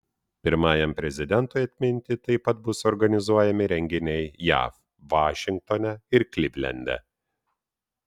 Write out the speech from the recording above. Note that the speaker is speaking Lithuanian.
pirmajam prezidentui atminti taip pat bus organizuojami renginiai jav vašingtone ir klivlende